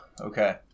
Okay